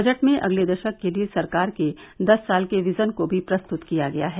budget में अगले दशक के लिए सरकार के दस साल के विजन को भी प्रस्तुत किया गया है